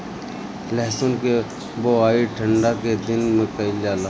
लहसुन के बोआई ठंढा के दिन में कइल जाला